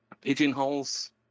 pigeonholes